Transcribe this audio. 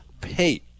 pay